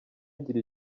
agira